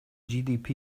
gdp